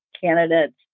candidates